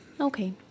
Okay